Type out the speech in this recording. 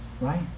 right